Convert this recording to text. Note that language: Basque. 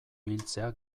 hiltzea